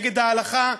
נגד ההלכה,